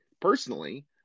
personally